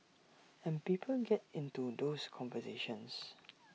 and people get into those conversations